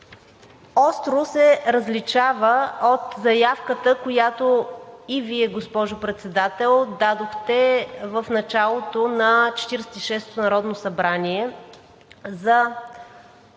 остро се различава от заявката, която и Вие, госпожо Председател, дадохте в началото на 46-ото народно събрание за много